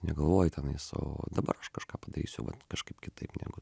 negalvoji tenais o dabar aš kažką padarysiu kažkaip kitaip negu